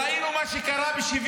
ראינו מה שקרה ב-7